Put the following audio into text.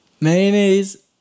Mayonnaise